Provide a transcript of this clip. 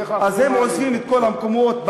אז הם עוזבים את כל המקומות,